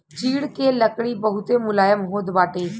चीड़ के लकड़ी बहुते मुलायम होत बाटे